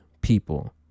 people